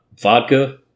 Vodka